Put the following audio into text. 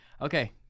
Okay